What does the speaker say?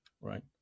right